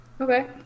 Okay